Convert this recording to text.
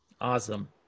Awesome